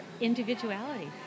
individuality